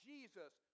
Jesus